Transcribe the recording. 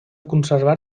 conservar